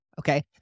okay